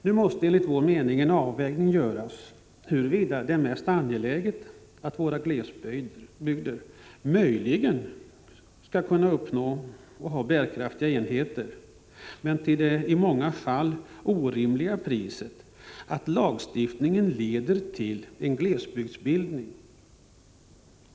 Nu måste det, enligt vår åsikt, göras en bedömning huruvida det är mest angeläget att våra glesbygder skall kunna ha bärkraftiga enheter, i många fall till det orimliga priset att det leder till en glesbygdsbildning.